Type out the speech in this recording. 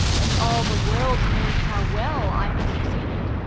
and all the world knows how well i have succeeded.